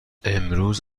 امروز